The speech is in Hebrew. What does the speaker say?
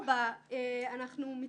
שתיים,